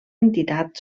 entitat